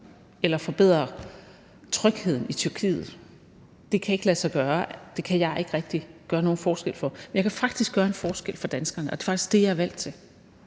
eller forbedre trygheden i Tyrkiet. Det kan ikke lade sig gøre; det kan jeg ikke rigtig gøre nogen forskel for. Men jeg kan faktisk gøre en forskel for danskerne, og det er faktisk det, jeg er valgt til.